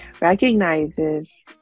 recognizes